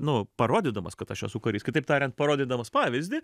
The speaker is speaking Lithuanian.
nu parodydamas kad aš esu karys kitaip tariant parodydamas pavyzdį